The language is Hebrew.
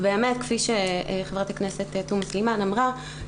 כפי שחברת הכנסת תומא סלימאן אמרה,